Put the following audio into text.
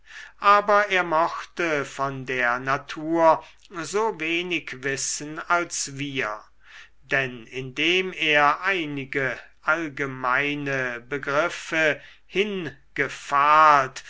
aber er mochte von der natur so wenig wissen als wir denn indem er einige allgemeine begriffe